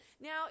now